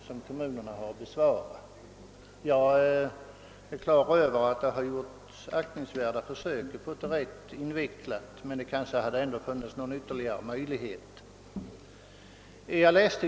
Jag är på det klara med att det gjorts aktningsvärda försök att få dem rätt invecklade, men nog hade det väl funnits någon liten möjlighet att göra dem ännu krångligare.